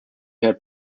had